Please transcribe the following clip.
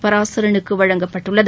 பராசரனுக்கு வழங்கப்பட்டுள்ளது